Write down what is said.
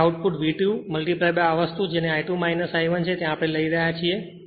અને output V2 આ વસ્તુ જે I2 I1 છે આપણે તે લઈ રહ્યા છીએ